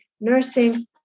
nursing